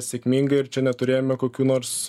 sėkmingai ir čia neturėjome kokių nors